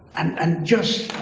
and just,